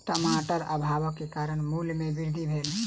टमाटर अभावक कारणेँ मूल्य में वृद्धि भेल